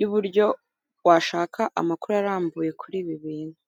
y'uburyo washaka amakuru arambuye kuri ibi bintu.